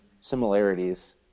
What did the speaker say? similarities